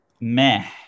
meh